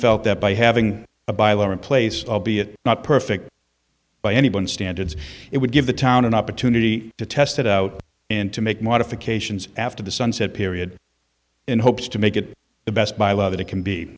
felt that by having a bible in place albeit not perfect by anyone's standards it would give the town an opportunity to test it out and to make modifications after the sunset period in hopes to make it the best by law that it can be